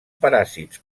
paràsits